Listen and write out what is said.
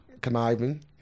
Conniving